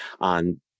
on